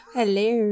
Hello